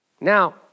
Now